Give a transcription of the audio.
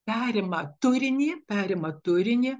perima turinį perima turinį